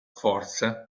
forse